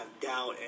doubt